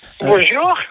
Bonjour